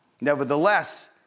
Nevertheless